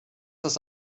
das